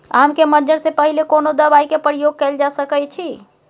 आम के मंजर से पहिले कोनो दवाई के प्रयोग कैल जा सकय अछि?